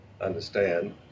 understand